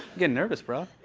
getting nervous, bro.